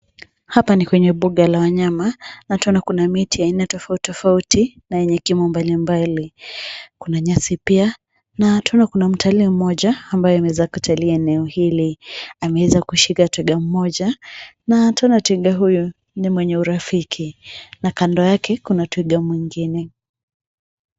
Hapa ni kwenye mbuga la wanyama na tunaona kuna miti aina tofauti tofauti na yenye kimo mbalimbali, kuna nyasi pia na tunaona kuna mtalii mmoja ambaye ameweza kutalii eneo hili. Ameweza kushika twiga mmoja na tunaona twiga huyu ni mwenye urafiki na kando yake kuna twiga mwengine.